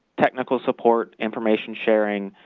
technical support, information sharing,